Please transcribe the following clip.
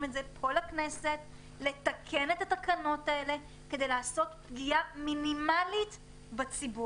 את זה כדי לתקן את התקנות האלה כדי לגרום לפגיעה מינימלית בציבור.